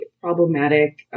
problematic